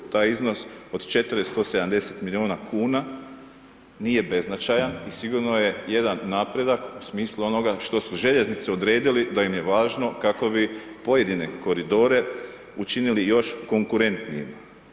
Taj iznos od 470 milijuna kn nije beznačajan i sigurno je jedan napredak u smislu onoga što su željeznice odredile da im je važno kako bi pojedine koridore učinili još konkurentnijima.